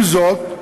עם זאת,